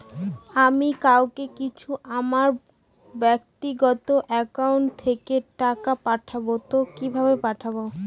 আমি কাউকে কিছু আমার ব্যাক্তিগত একাউন্ট থেকে টাকা পাঠাবো তো কিভাবে পাঠাবো?